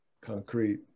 concrete